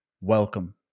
Welcome